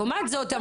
לעומת זאת,